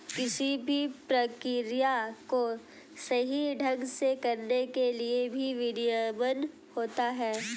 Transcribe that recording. किसी भी प्रक्रिया को सही ढंग से करने के लिए भी विनियमन होता है